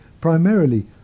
primarily